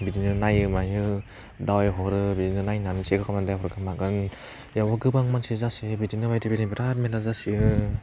बिदिनो नायो मायो दावाइ हरो बिदिनो नायनानैसो सेक खालामनानै हरगोन मागोन इयावबो गोबां मानसिया जासोयो बेदिनो बायदि बायदिनि बेराद मेरला जासोयो